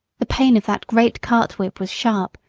the pain of that great cart whip was sharp,